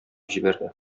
җибәрде